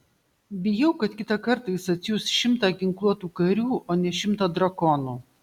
bijau kad kitą kartą jis atsiųs šimtą ginkluotų karių o ne šimtą drakonų